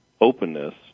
openness